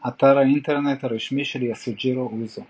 אתר האינטרנט הרשמי של יסוג'ירו אוזו